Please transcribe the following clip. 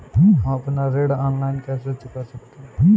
हम अपना ऋण ऑनलाइन कैसे चुका सकते हैं?